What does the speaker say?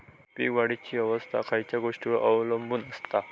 पीक वाढीची अवस्था खयच्या गोष्टींवर अवलंबून असता?